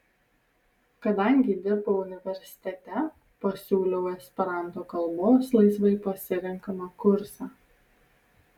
kadangi dirbau universitete pasiūliau esperanto kalbos laisvai pasirenkamą kursą